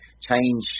change